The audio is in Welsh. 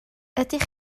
ydych